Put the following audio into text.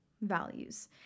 values